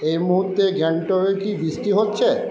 এই মুহূর্তে গ্যাংটকে কি বৃষ্টি হচ্ছে